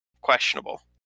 questionable